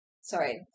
sorry